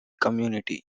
community